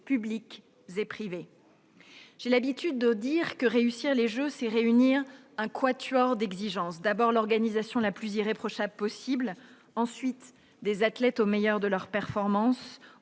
publiques et privées. J'ai l'habitude de dire que réussir les Jeux, c'est réunir un quatuor d'exigences : l'organisation la plus irréprochable possible ; des athlètes au meilleur de leur performance